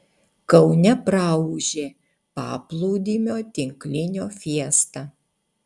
kaune praūžė paplūdimio tinklinio fiesta